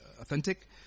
authentic